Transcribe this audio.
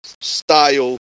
style